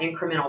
incremental